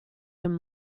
him